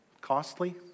costly